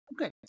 Okay